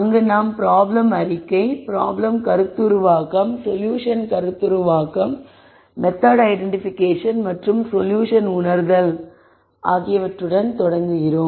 அங்கு நாம் ப்ராப்ளம் அறிக்கை ப்ராப்ளம் கருத்துருவாக்கம் சொல்யூஷன் கருத்துருவாக்கம் மெத்தெட் ஐடென்டிபிகேஷன் மற்றும் சொல்யூஷன் உணர்தல் ஆகியவற்றுடன் தொடங்குகிறோம்